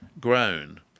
grown